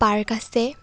park আছে